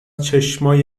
چشمای